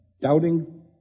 Doubting